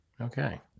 Okay